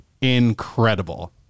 Incredible